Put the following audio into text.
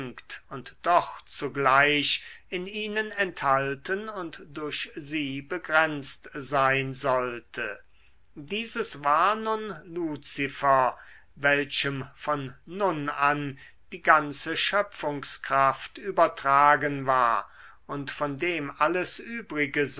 und doch zugleich in ihnen enthalten und durch sie begrenzt sein sollte dieses war nun luzifer welchem von nun an die ganze schöpfungskraft übertragen war und von dem alles übrige